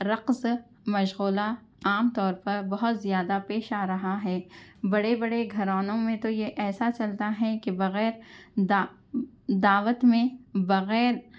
رقص مشغلہ عام طور پر بہت زیادہ پیش آ رہا ہے بڑے بڑے گھرانوں میں تو یہ ایسا چلتا ہے کہ بغیر دعوت میں بغیر